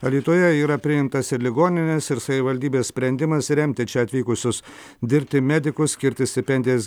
alytuje yra priimtas ir ligoninės ir savivaldybės sprendimas remti čia atvykusius dirbti medikus skirti stipendijas